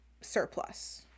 surplus